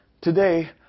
Today